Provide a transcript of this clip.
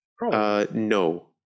No